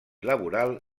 laboral